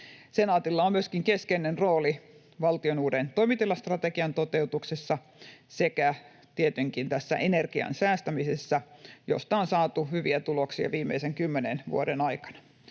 Senaatilla on myöskin keskeinen rooli valtion uuden toimitilastrategian toteutuksessa sekä tietenkin tässä energian säästämisessä, josta on saatu hyviä tuloksia viimeisen kymmenen vuoden aikana.